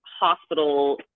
hospital